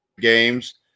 games